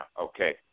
okay